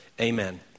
Amen